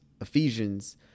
Ephesians